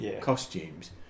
costumes